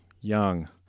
Young